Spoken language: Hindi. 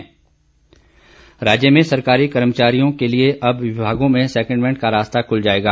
सेकेंडमेंट राज्य में सरकारी कर्मचारी के लिए अब विभागों में सेकेंडमेंट का रास्ता खुल जाएगा